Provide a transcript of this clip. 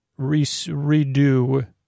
redo